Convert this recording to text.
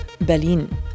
Berlin